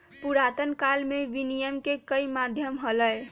पुरातन काल में विनियम के कई माध्यम हलय